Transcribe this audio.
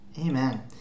Amen